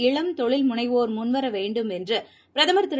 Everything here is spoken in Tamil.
இளம் தொழில் முனைவோர் முன்வரவேண்டும் என்றுபிரதமர் திரு